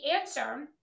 answer